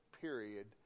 period